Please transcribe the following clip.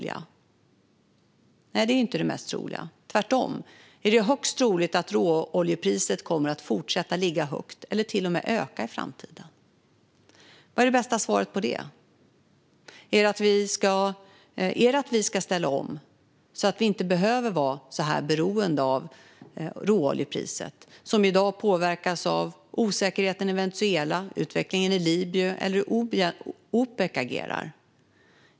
Nej, det är inte det mest troliga, utan tvärtom är det högst troligt att råoljepriset kommer att fortsätta ligga högt eller till och med öka i framtiden. Vad är det bästa svaret på det? Är det att ställa om så att vi inte behöver vara så beroende av råoljepriset? I dag påverkas det av osäkerheten i Venezuela, utvecklingen i Libyen och hur Opec agerar.